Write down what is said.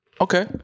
Okay